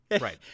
Right